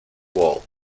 wall